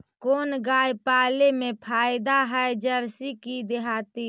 कोन गाय पाले मे फायदा है जरसी कि देहाती?